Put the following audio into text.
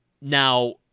Now